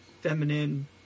feminine